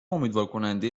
امیدوارکننده